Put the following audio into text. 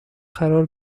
قرار